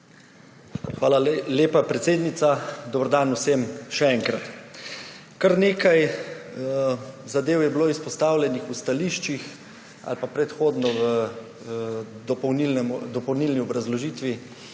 Hvala lepa, predsednica. Dober dan vsem še enkrat! Kar nekaj zadev je bilo izpostavljenih v stališčih ali pa predhodno v dopolnilni obrazložitvi,